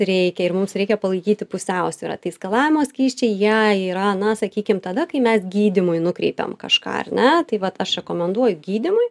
reikia ir mums reikia palaikyti pusiausvyrą tai skalavimo skysčiai jei yra na sakykim tada kai mes gydymui nukreipiam kažką ar ne tai vat aš rekomenduoju gydymui